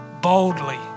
boldly